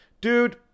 dude